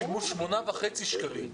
שילמו 8.5 שקלים.